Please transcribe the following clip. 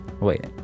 Wait